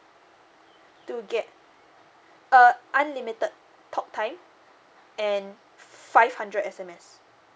to get uh unlimited talk time and five hundred S_M_S